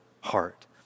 heart